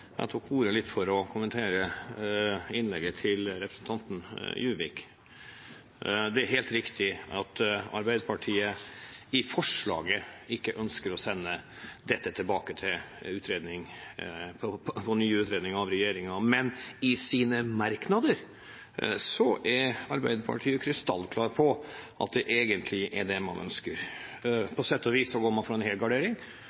Jeg tok ordet – litt for å kommentere innlegget til representanten Juvik. Det er helt riktig at Arbeiderpartiet i sitt forslag – som de har sammen med Venstre og Kristelig Folkeparti – ikke ønsker å få nye utredninger fra regjeringen. Men i sine merknader er Arbeiderpartiet krystallklar på at det egentlig er det man ønsker. På sett og vis går man for en